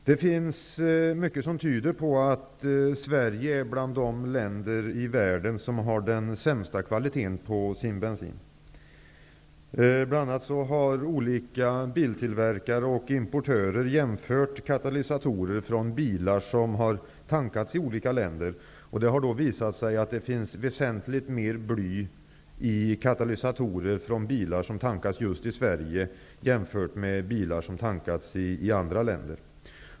Det finns mycket som tyder på att Sverige är bland de länder i världen som har den sämsta kvaliteten på bensin. Bl.a. har olika biltillverkare och importörer jämfört katalysatorer från bilar som har tankats i olika länder. Det har då visat sig att det finns väsentligt mycket mer bly i katalysatorer från bilar som har tankats just i Sverige jämfört med bilar som har tankats i andra länder.